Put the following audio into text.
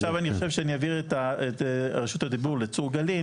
עכשיו אני חושב שאני אעביר את רשות הדיבור לדוקטור צור גלין